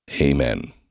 Amen